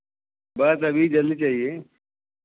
बस अभी जल्दी चाहिए